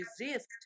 resist